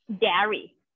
dairy